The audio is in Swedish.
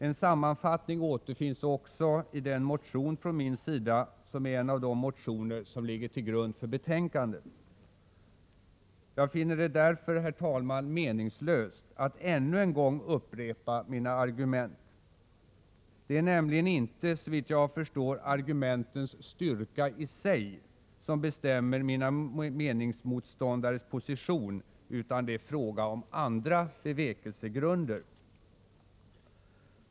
En sammanfattning återfinns också i den motion från min sida som är en av de motioner som ligger till grund för betänkandet. Jag finner det därför, herr talman, meningslöst att ännu en gång framföra mina argument. Det är nämligen inte, såvitt jag förstår, argumentens styrka i sig som bestämmer mina meningsmotståndares position, utan det är fråga om andra bevekelsegrunder.